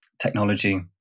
technology